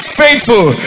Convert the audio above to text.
faithful